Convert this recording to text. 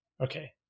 okay